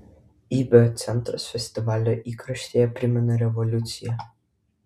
ibio centras festivalio įkarštyje primena revoliuciją